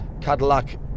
Cadillac